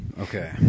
Okay